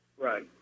Right